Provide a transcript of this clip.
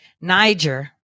Niger